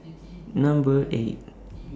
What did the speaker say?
Number eight